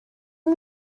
اون